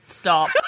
stop